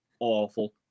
awful